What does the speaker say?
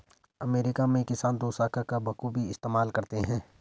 America में किसान दोशाखा का बखूबी इस्तेमाल करते हैं